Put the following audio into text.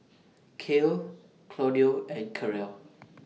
Kale Claudio and Karel